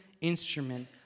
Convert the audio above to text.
instrument